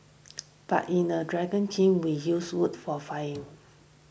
but in a dragon kiln we use wood for firing